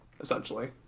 essentially